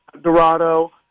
Dorado